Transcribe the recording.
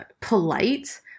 polite